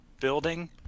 building